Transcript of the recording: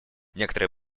некоторые